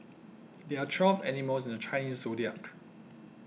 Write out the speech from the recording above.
there are twelve animals in the Chinese zodiac